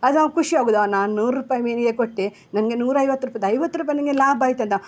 ಅದು ನಾವು ಖುಷಿ ಆಗೋದು ನಾನು ನೂರು ರೂಪಾಯಿ ಮೀನಿಗೆ ಕೊಟ್ಟೆ ನನಗೆ ನೂರೈವತ್ತು ರೂಪಾಯ್ದು ಐವತ್ತು ರೂಪಾಯಿ ನನಗೆ ಲಾಭ ಆಯ್ತಂತ